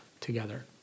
together